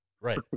Right